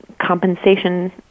Compensation